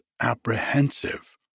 apprehensive